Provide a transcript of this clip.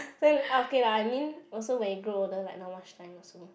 then okay lah I mean also when you grow older like not much time also